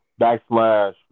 Backslash